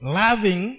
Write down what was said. loving